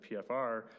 PFR